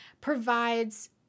provides